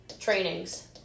trainings